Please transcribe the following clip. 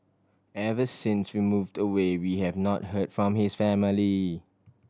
ever since we moved away we have not heard from his family